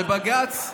ובג"ץ,